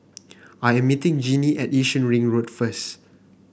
I am meeting Jeanie at Yishun Ring Road first